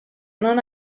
non